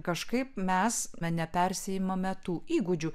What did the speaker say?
kažkaip mes na nepersiimame tų įgūdžių